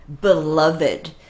Beloved